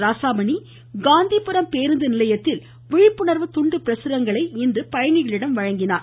ராசாமணி காந்திடரம் பேருந்து நிலையத்தில் விழிப்புணர்வு துண்டுபிரசுரங்களை இன்று பயணிகளிடம் வழங்கினார்